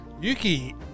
Yuki